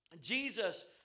Jesus